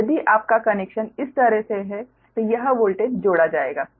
तो यदि आपका कनेक्शन इस तरह से हैं तो यह वोल्टेज जोड़ा जाएगा